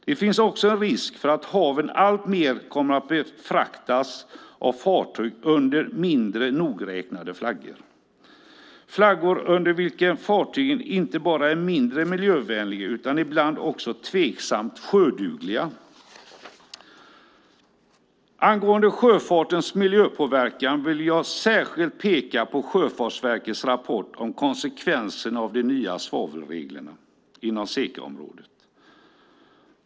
Det finns också en risk för att haven alltmer kommer att befraktas av fartyg under mindre nogräknade flaggor - flaggor under vilka fartygen inte bara är mindre miljövänliga utan ibland också tveksamt sjödugliga. Angående sjöfartens miljöpåverkan vill jag särskilt peka på Sjöfartsverkets rapport om konsekvenserna av de nya svavelreglerna inom SECA-området.